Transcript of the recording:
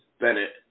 Bennett